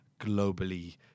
globally